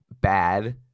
bad